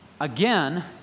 again